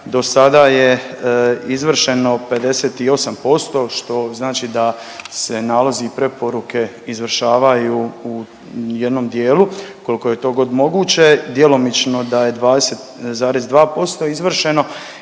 do sada je izvršeno 58%, što znači da se nalazi i preporuke izvršavaju u jednom dijelu kolko je to god je to moguće, djelomično da je 20,2% izvršeno